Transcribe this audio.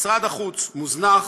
משרד החוץ מוזנח,